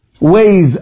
ways